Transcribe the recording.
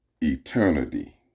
eternity